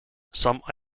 some